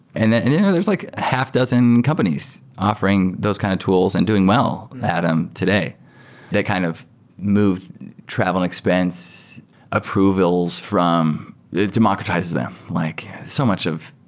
and then and yeah there's like half dozen companies offering those kind of tools and doing well at them today that kind of move travel and expense approvals from democratize them. like so much of